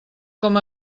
com